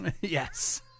Yes